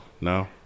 No